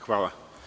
Hvala.